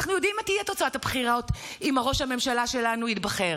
אנחנו יודעים מה תהיה תוצאת הבחירות אם ראש הממשלה שלנו ייבחר.